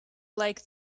like